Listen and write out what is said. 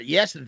Yes